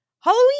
Halloween